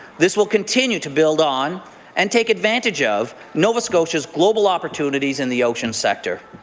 this will continue to build on and take advantage of nova scotia's global opportunities in the ocean sector.